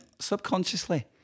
subconsciously